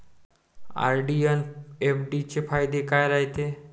RD अन FD चे फायदे काय रायते?